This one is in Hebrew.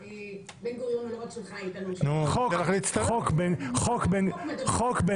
בן גוריון לא רק --- החוק שלך